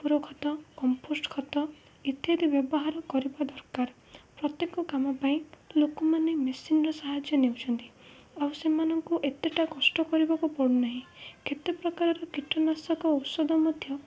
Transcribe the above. କକୁର ଖତ କମ୍ପୋଷ୍ଟ ଖତ ଇତ୍ୟାଦି ବ୍ୟବହାର କରିବା ଦରକାର ପ୍ରତ୍ୟେକ କାମ ପାଇଁ ଲୋକମାନେ ମେସିନ୍ର ସାହାଯ୍ୟ ନେଉଛନ୍ତି ଆଉ ସେମାନଙ୍କୁ ଏତେଟା କଷ୍ଟ କରିବାକୁ ପଡ଼ୁନାହିଁ କେତେ ପ୍ରକାରର କୀଟନାଶକ ଔଷଧ ମଧ୍ୟ